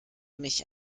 mich